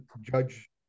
Judge